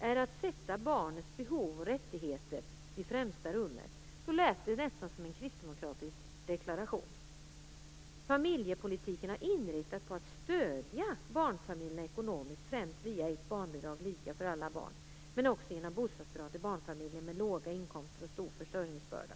är att sätta barnets behov och rättigheter i främsta rummet, lät det nästan som en kristdemokratisk deklaration. Familjepolitiken är inriktad på att stödja barnfamiljerna ekonomiskt, främst via ett barnbidrag lika för alla barn, men också genom bostadsbidrag till barnfamiljer med låga inkomster och stor försörjningsbörda.